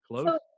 close